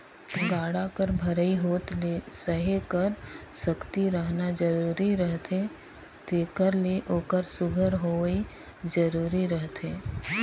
गाड़ा कर भरई होत ले सहे कर सकती रहना जरूरी रहथे तेकर ले ओकर सुग्घर होवई जरूरी रहथे